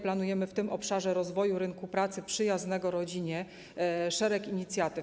Planujemy w tym obszarze rozwoju rynku pracy przyjaznego rodzinie szereg inicjatyw.